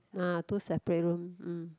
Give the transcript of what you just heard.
uh two separate room mm